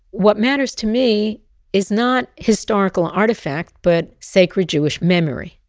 what matters to me is not historical artifact, but sacred jewish memory.